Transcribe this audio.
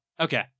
Okay